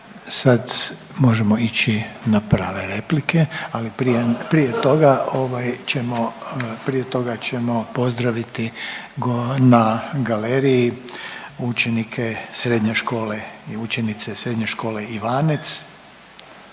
Sad možemo ići na prave replike, ali prije toga ćemo prije toga ćemo pozdraviti na galeriji učenike srednje škole i učenice Srednje škole Ivanec